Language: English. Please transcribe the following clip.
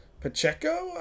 Pacheco